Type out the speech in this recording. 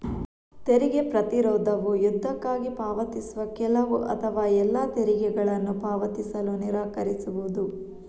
ತೆರಿಗೆ ಪ್ರತಿರೋಧವು ಯುದ್ಧಕ್ಕಾಗಿ ಪಾವತಿಸುವ ಕೆಲವು ಅಥವಾ ಎಲ್ಲಾ ತೆರಿಗೆಗಳನ್ನು ಪಾವತಿಸಲು ನಿರಾಕರಿಸುವುದು